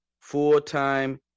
full-time